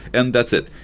and that's it.